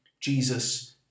Jesus